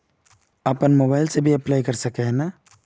अपन मोबाईल से भी अप्लाई कर सके है नय?